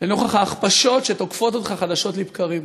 לנוכח ההכפשות שתוקפות אותך חדשות לבקרים.